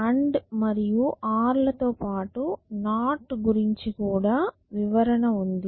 AND మరియు OR లతో పాటు NOT గురించి కూడా వివరణ ఉంది